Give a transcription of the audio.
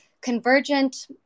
convergent